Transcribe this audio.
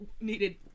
needed